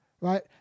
Right